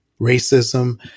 racism